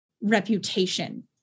reputation